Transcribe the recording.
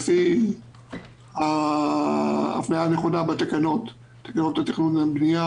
לפי ההפניה הנכונה בתקנות התכנון והבנייה,